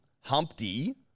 Humpty